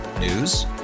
News